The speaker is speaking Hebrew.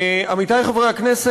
תודה.